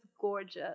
gorgeous